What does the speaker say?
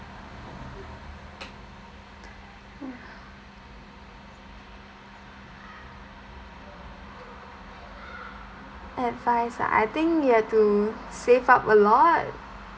advice ah I think you have to save up a lot